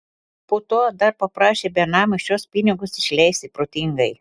po to dar paprašė benamio šiuos pinigus išleisti protingai